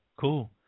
cool